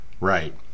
right